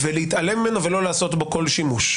ולהתעלם ממנו ולא לעשות בו כל שימוש.